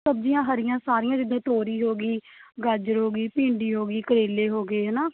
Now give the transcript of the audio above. ਸਬਜ਼ੀਆਂ ਹਰੀਆਂ ਸਾਰੀਆਂ ਜਿੱਦਾਂ ਤੋਰੀ ਹੋ ਗਈ ਗਾਜਰ ਹੋ ਗਈ ਭਿੰਡੀ ਹੋ ਗਈ ਕਰੇਲੇ ਹੋ ਗਏ ਹੈ ਨਾ